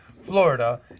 Florida